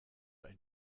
ein